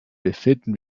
befinden